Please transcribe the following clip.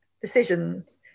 decisions